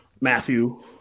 Matthew